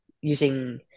using